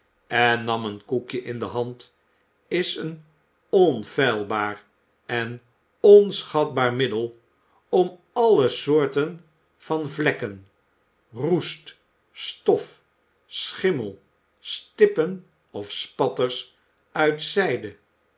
en nam een koekje in dé hand is een onfeilbaar en onschatbaar middel om alle soorten van vlekken roest stof schimmel stippen of spatters uit zijde